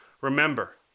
Remember